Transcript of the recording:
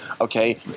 Okay